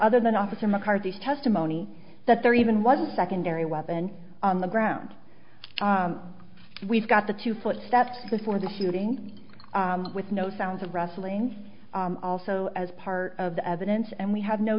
other than officer mccarthy's testimony that there even was a secondary weapon on the ground we've got the two footsteps before the shooting with no sounds of wrestling's also as part of the evidence and we have no